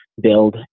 build